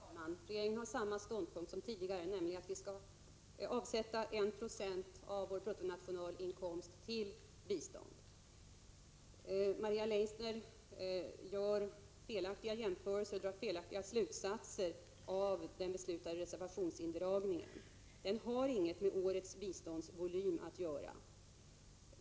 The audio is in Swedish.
Herr talman! Regeringen har inte tänkt om — regeringen har samma ståndpunkt som tidigare, nämligen att vi skall avsätta 1 96 av vår bruttonationalinkomst till bistånd. Maria Leissner gör felaktiga jämförelser och drar felaktiga slutsatser av den beslutade reservationsindragningen. Den har inget med årets biståndsvolym att göra.